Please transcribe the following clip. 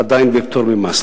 עדיין בפטור ממס.